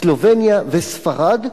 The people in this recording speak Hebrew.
סלובניה וספרד,